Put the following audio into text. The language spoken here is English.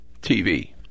TV